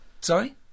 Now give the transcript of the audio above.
Sorry